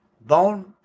bone